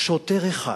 שוטר אחד